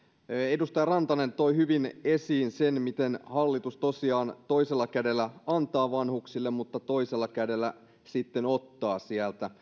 edustaja rantanen toi hyvin esiin sen miten hallitus tosiaan toisella kädellä antaa vanhuksille mutta toisella kädellä sitten ottaa